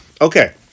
okay